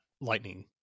lightning